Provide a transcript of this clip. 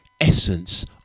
essence